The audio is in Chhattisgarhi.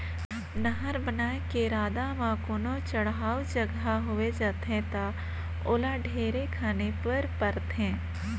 नहर बनाए के रद्दा म कोनो चड़हउ जघा होवे जाथे ता ओला ढेरे खने पर परथे